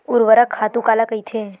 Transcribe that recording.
ऊर्वरक खातु काला कहिथे?